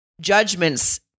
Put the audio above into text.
judgments